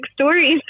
stories